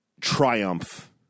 triumph